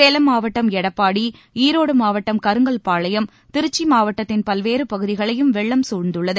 சேலம் மாவட்டம் எடப்பாடி ஈரோடு மாவட்டம் கருங்கல் பாளையம் திருச்சி மாவட்டத்தின் பல்வேறு பகுதிகளையும் வெள்ளம் சூழ்ந்துள்ளது